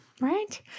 right